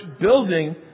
building